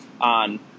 on